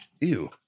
Ew